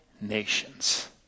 nations